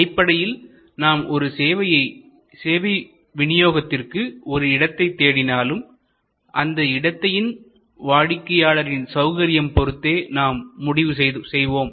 அடிப்படையில் நாம் ஒரு சேவை விநியோகத்திற்கு ஒரு இடத்தை தேடினாலும்அந்த இடத்தையும் வாடிக்கையாளரின் சௌகரியம் பொறுத்தே நாம் முடிவு செய்வோம்